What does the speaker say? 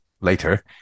later